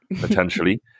potentially